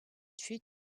tuer